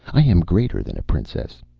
i am greater than a princess.